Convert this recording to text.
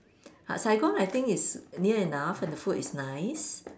Saigon I think is near enough and the food is nice